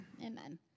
Amen